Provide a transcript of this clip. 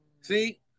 See